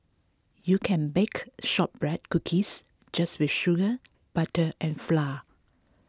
you can bake Shortbread Cookies just with sugar butter and flour